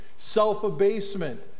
self-abasement